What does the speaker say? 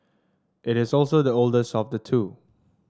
it is also the oldest of the two